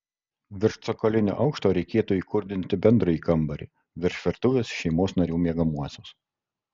virš cokolinio aukšto reikėtų įkurdinti bendrąjį kambarį virš virtuvės šeimos narių miegamuosius